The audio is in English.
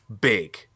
big